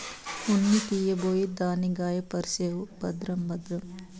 ఉన్ని తీయబోయి దాన్ని గాయపర్సేవు భద్రం భద్రం